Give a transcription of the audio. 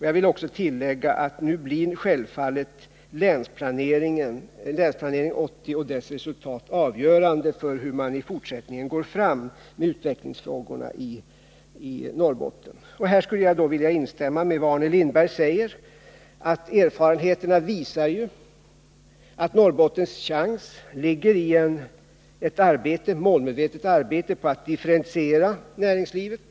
Jag vill tillägga att nu blir självfallet Länsplanering 80 och dess resultat avgörande för hur man i fortsättningen bör gå fram med utvecklingsfrågorna i Norrbotten. Jag instämmer här i vad Arne Lindberg säger, nämligen att erfarenheterna visar att Norrbottens chans ligger i ett målmedvetet arbete på att differentiera näringslivet.